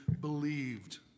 believed